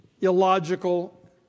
illogical